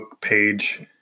page